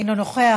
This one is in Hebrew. אינו נוכח,